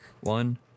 one